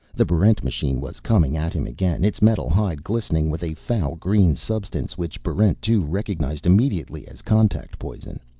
the barrent machine was coming at him again, its metal hide glistening with a foul green substance which barrent two recognized immediately as contact poison.